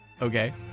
Okay